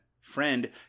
friend